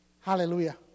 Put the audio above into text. Hallelujah